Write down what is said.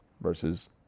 versus